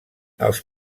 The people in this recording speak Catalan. els